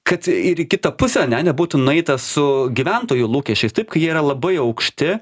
kad ir į kitą pusę ne nebūtų nueita su gyventojų lūkesčiais taip kai jie yra labai aukšti